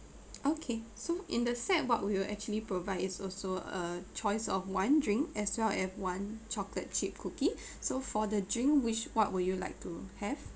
okay so in the set what we will actually provide is also a choice of one drink as well as one chocolate chip cookie so for the drink which what would you like to have